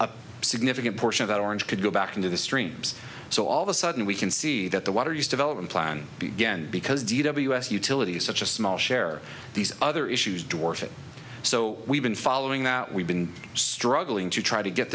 a significant portion of that orange could go back into the streams so all of a sudden we can see that the water use develop and plan b again because g w s utilities such a small share these other issues dwarf it so we've been following that we've been struggling to try to get